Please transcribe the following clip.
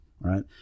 right